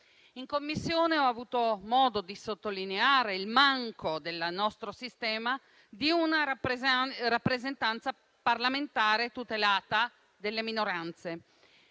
In Commissione ho avuto modo di sottolineare la mancanza del nostro sistema di una rappresentanza parlamentare tutelata delle minoranze.